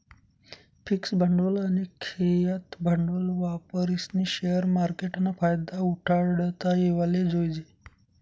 fix भांडवल आनी खेयतं भांडवल वापरीस्नी शेअर मार्केटना फायदा उठाडता येवाले जोयजे